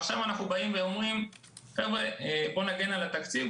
עכשיו אנחנו אומרים: חבר'ה, בואו נגן על התקציב.